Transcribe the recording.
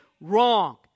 wrong